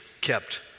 kept